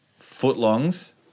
footlongs